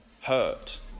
hurt